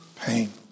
pain